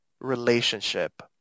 relationship